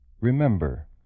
Remember